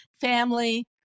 family